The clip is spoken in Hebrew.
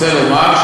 רוצה לומר,